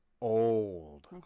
old